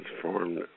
transformed